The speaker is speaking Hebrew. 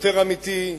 יותר אמיתי,